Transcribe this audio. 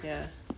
ya